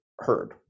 heard